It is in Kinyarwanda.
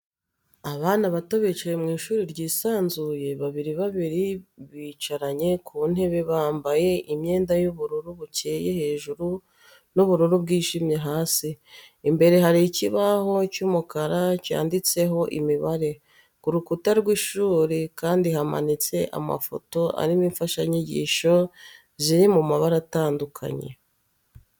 Abana bato bicaye mu ishuri ryisanzuye, babiri babiri bicaranye ku ntebe bambaye imyenda y'ubururu bukeye hejuru n'ubururu bwijimye hasi, imbere hari ikibaho cy'umukara cyanditseho imibare, ku rukuta rw'ishuri kandi hamanitse amafoto ariho imfashanyigisho ziri mu mabara atandukanye.